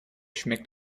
schmeckt